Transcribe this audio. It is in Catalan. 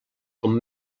com